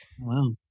Wow